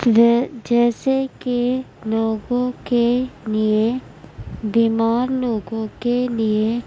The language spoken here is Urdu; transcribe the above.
وہ جیسے کہ لوگوں کے لیے بیمار لوگوں کے لیے